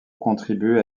contribuer